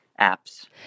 apps